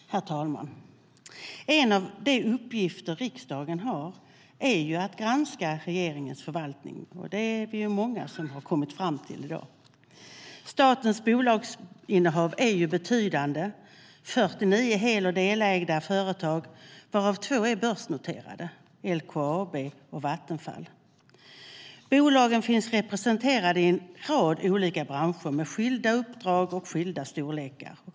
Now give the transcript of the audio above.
Herr talman! En av de uppgifter som riksdagen har är att granska regeringens förvaltning. Det är vi många som har kommit fram till i dag. Statens bolagsinnehav är betydande med 49 hel och delägda företag varav två är börsnoterade, LKAB och Vattenfall. Bolagen finns representerade i en rad olika branscher med skilda uppdrag och storlekar.